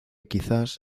quizás